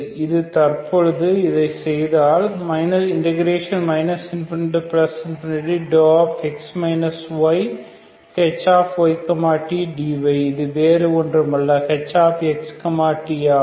இது தற்பொழுது இதை செய்தால் ∞δhy tdy இது வேறு ஒன்றுமல்ல hx t ஆகும்